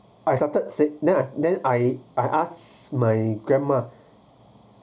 I started said then I then I I ask my grandma